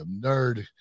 nerd